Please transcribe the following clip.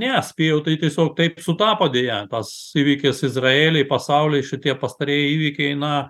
ne spėju tai tiesiog taip sutapo deja tas įvykis izraely pasauly šitie pastarieji įvykiai na